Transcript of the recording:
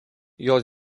jos